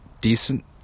decent